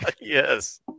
Yes